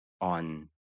on